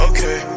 Okay